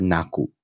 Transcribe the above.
Naku